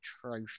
trophy